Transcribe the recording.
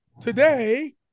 Today